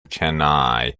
chennai